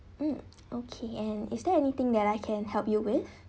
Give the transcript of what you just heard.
mm okay and is there anything that I can help you with